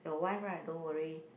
your wife right don't worry